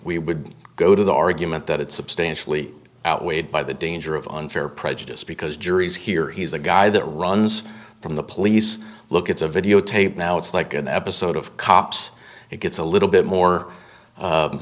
we would go to the argument that it's substantially outweighed by the danger of unfair prejudice because juries hear he's a guy that runs from the police look at the videotape now it's like an episode of cops it gets a little bit more